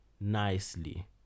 nicely